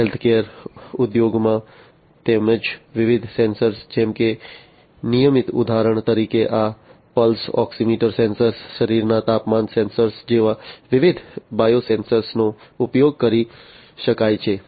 healthcare ઉદ્યોગમાં તેમજ વિવિધ સેન્સર્સ જેમ કે નિયમિત ઉદાહરણ તરીકે આ પલ્સ ઓક્સિમીટર સેન્સર શરીરના તાપમાન સેન્સર જેવા વિવિધ બાયોસેન્સર્સનો ઉપયોગ કરી શકાય છે